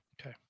Okay